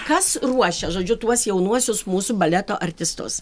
kas ruošia žodžiu tuos jaunuosius mūsų baleto artistus